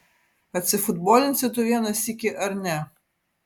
atsifutbolinsi tu vieną sykį ar ne